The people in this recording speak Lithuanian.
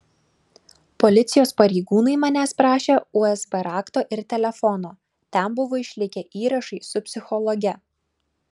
policijos pareigūnai manęs prašė usb rakto ir telefono ten buvo išlikę įrašai su psichologe